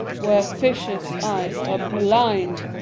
where fishes eyes are blind.